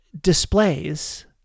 displays